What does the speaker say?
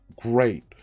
great